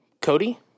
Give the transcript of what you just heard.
Cody